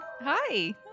Hi